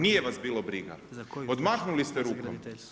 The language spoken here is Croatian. Nije vas bilo briga, odmahnuli ste rukom.